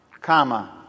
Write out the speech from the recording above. comma